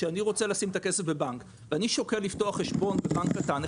כשאני רוצה לשים את הכסף בבנק ואני שוקל לפתוח חשבון בבנק קטן,